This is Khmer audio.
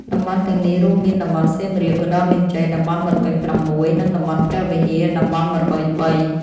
តំបន់ទាំងនេះរួមមានតំបន់ សៀមរាប ឧត្តរមានជ័យ (តំបន់១០៦) និងតំបន់ព្រះវិហារ (តំបន់១០៣)។